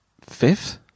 fifth